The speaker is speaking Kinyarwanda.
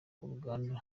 uruganda